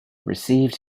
received